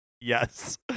Yes